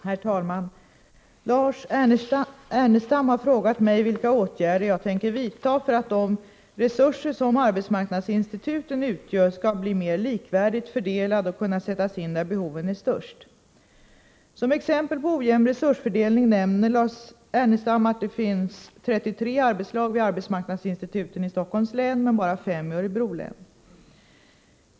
Herr talman! Lars Ernestam har frågat mig vilka åtgärder jag tänker vidta för att de resurser som arbetsmarknadsinstituten utgör skall bli mer likvärdigt fördelade och kunna sättas in där behoven är störst. Som ett exempel på ojämn resursfördelning nämner Lars Ernestam att det finns 33 arbetslag vid arbetsmarknadsinstituten i Stockholms län, men bara 5 i Örebro län.